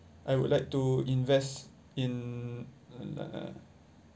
I would like to invest in